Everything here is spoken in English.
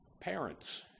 parents